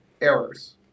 errors